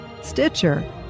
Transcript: Stitcher